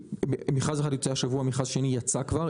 מכרז אחד יוצא השבוע ומכרז שני יצא כבר.